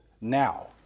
now